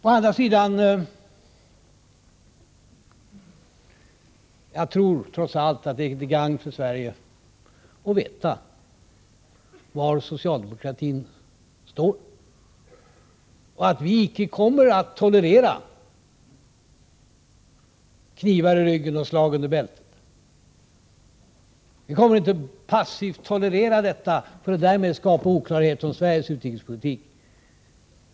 Å andra sidan tror jag trots allt att det är till gagn för Sverige att veta var socialdemokratin står och att vi icke kommer att tolerera knivar i ryggen och slag under bältet. Vi kommer inte att passivt tolerera detta för att därmed skapa oklarhet om Sveriges utrikespolitik.